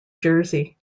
jersey